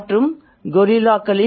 மற்றும் கொரில்லாக்கள்